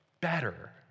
better